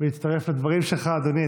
ולהצטרף לדברים שלך, אדוני.